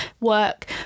work